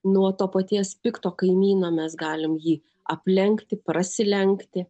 nuo to paties pikto kaimyno mes galim jį aplenkti prasilenkti